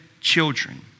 children